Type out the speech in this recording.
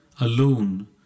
alone